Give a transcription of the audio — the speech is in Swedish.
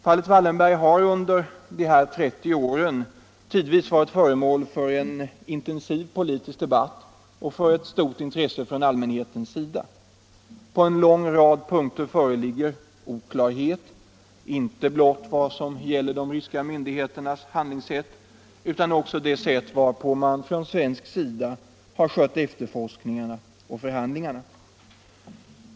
Fallet Wallenberg har under dessa 30 år tidvis varit föremål för en intensiv politisk debatt och för ett stort intresse från allmänhetens sida. På en lång rad punkter föreligger oklarhet, inte blott vad gäller de ryska myndigheternas handlingssätt utan också rörande det sätt varpå man från svensk sida har skött efterforskningarna och förhandlingarna.